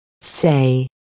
say